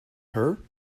her